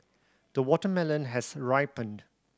the watermelon has ripened